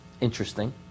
Interesting